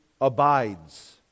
abides